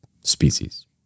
species